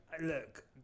Look